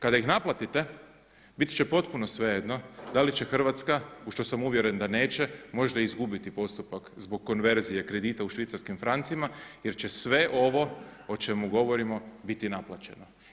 Kada ih naplatite biti će potpuno svejedno da li će Hrvatska u što sam uvjeren da neće možda i izgubiti postupak zbog konverzije kredita u švicarskim francima jer će sve ovo o čemu govorimo biti naplaćeno.